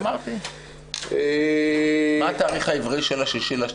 מה התאריך העברי?